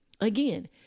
again